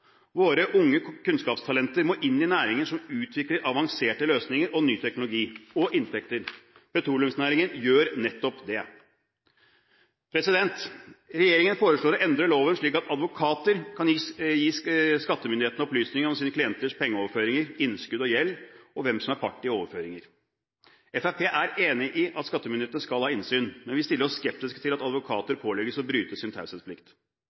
Våre unge kunnskapstalenter må inn i næringer som utvikler avanserte løsninger og ny teknologi – og inntekter. Petroleumsnæringen gjør nettopp det. Regjeringen foreslår å endre loven slik at advokater kan gi skattemyndighetene opplysninger om sine klienters pengeoverføringer, innskudd og gjeld og hvem som er part i overføringer. Fremskrittspartiet er enig i at skattemyndighetene skal ha innsyn, men vi stiller oss skeptiske til at advokater pålegges å bryte sin taushetsplikt